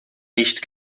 nicht